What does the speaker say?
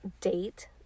date